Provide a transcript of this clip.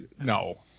no